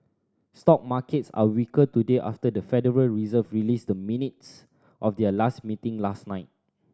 stock markets are weaker today after the Federal Reserve released the minutes of their last meeting last night